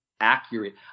accurate